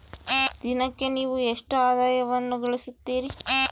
ದಿನಕ್ಕೆ ನೇವು ಎಷ್ಟು ಆದಾಯವನ್ನು ಗಳಿಸುತ್ತೇರಿ?